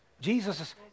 Jesus